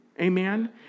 Amen